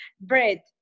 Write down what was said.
bread